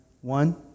one